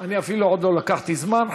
אני אפילו עוד לא לקחתי זמן.